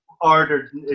ordered